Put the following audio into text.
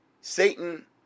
satan